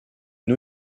new